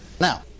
Now